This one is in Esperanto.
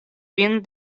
vin